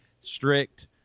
strict